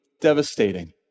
devastating